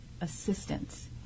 assistance